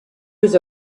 was